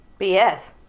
BS